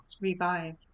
revive